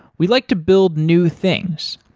we like to build new things.